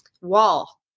wall